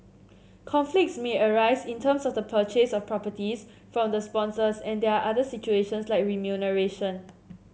conflicts may arise in terms of the purchase of properties from the sponsors and there are other situations like remuneration